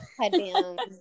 Headbands